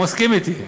הוא מסכים איתי.